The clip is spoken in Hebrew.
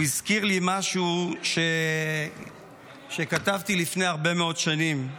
הוא הזכיר לי משהו שכתבתי לפני הרבה מאוד שנים.